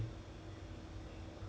!wah! sure boh